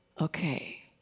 Okay